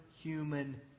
human